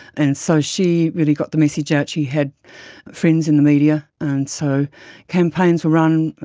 and so she really got the message out, she had friends in the media. and so campaigns were run,